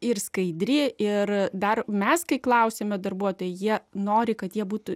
ir skaidri ir dar mes kai klausėme darbuotojai jie nori kad jie būtų